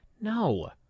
No